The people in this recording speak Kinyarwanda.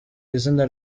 izina